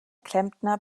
klempner